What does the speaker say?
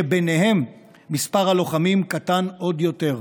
ובהם מספר הלוחמים קטן עוד יותר.